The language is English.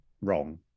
wrong